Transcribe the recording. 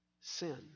sin